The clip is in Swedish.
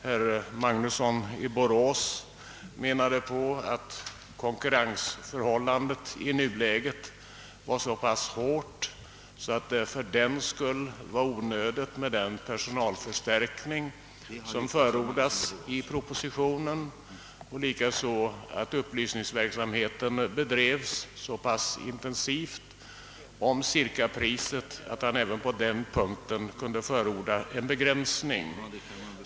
Herr Magnusson i Borås ansåg att konkurrensförhållandet i nuläget var så pass hårt, att det fördenskull vore onödigt med den personalförstärkning som förordas i propositionen, och likaså att upplysningsverksamheten om cirkapriset bedrevs så pass intensivt att han även på den punkten kunde förorda en begränsning.